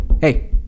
hey